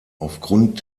aufgrund